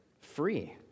free